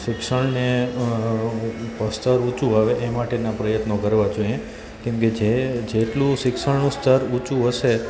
શિક્ષણને સ્તર ઊંચું આવે એ માટેનાં પ્રયત્ત્નો કરવા જોઈએ કેમ કે જે જેટલું શિક્ષણનું સ્તર ઊંચું હશે